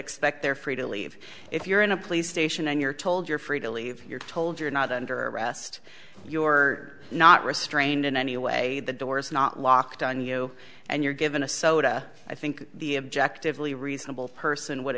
expect they're free to leave if you're in a police station and you're told you're free to leave you're told you're not under arrest you are not restrained in any way the doors not locked on you and you're given a soda i think the objective lea reasonable person would